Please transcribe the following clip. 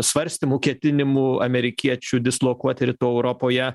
svarstymų ketinimų amerikiečių dislokuoti rytų europoje